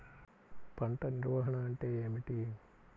పంట నిర్వాహణ అంటే ఏమిటి?